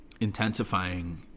intensifying